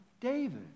David